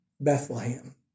Bethlehem